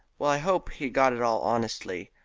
well, i hope he got it all honestly.